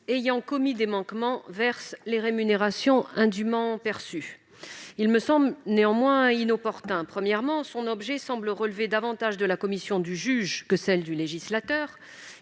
ayant commis des manquements reversent les rémunérations indûment perçues. Cet amendement me semble néanmoins inopportun. Premièrement, son objet semble relever davantage de la compétence du juge que de celle du législateur.